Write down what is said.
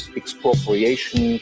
expropriation